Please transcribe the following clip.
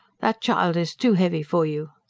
that child is too heavy for you,